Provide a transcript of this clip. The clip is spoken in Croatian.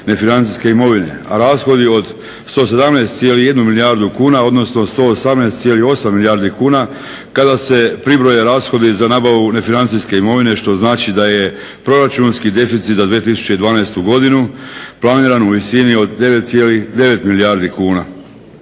nefinancijske imovine. A rashodi od 117,1 milijardu kuna odnosno 118,8 milijardi kuna kada se pribroje rashodi za nabavu nefinancijske imovine što znači da je proračunski deficit za 2012.godinu planiran u visini od 9,9 milijardi kuna.